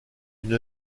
une